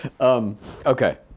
okay